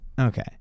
Okay